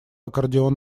аккордеон